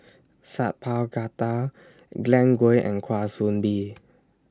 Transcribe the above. Sat Pal Khattar Glen Goei and Kwa Soon Bee